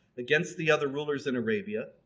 against the other rulers in arabia.